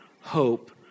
hope